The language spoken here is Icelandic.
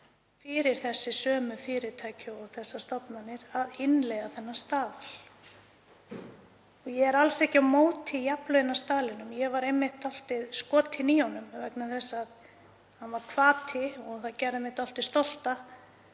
fyrir þessi sömu fyrirtæki og þessar stofnanir að innleiða þennan staðal. Ég er alls ekki á móti jafnlaunastaðlinum. Ég var einmitt dálítið skotin í honum vegna þess að hann var hvati og það gerði mig dálítið stolta